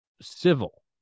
civil